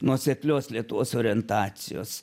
nuoseklios lietuvos orientacijos